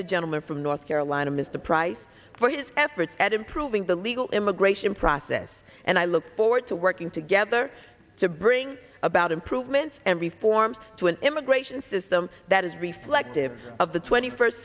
the gentleman from north carolina mr price for his efforts at improving the legal immigration process and i look forward to working together to bring about improvements and reforms to an immigration system that is reflective of the twenty first